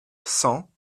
cent